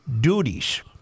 duties